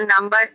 number